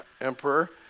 emperor